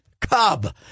Cub